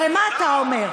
הרי מה אתה אומר?